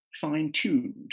fine-tuned